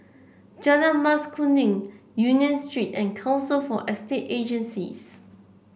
Jalan Mas Kuning Union Street and Council for Estate Agencies